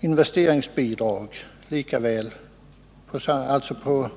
investeringsbidrag, då avdrag ej kan utnyttjas.